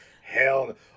Hell